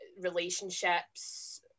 relationships